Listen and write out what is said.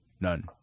None